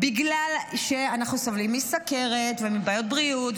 בגלל שאנחנו סובלים מסכרת ומבעיות בריאות,